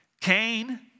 Cain